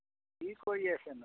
কি কৰি আছেনো